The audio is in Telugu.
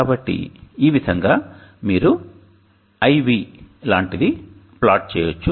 కాబట్టి ఈ విధంగా మీరు I V లాంటిది ప్లాట్ చేయవచ్చు